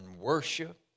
worship